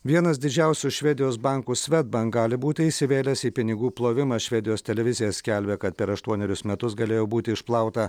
vienas didžiausių švedijos bankų svedbank gali būti įsivėlęs į pinigų plovimą švedijos televizija skelbia kad per aštuonerius metus galėjo būti išplauta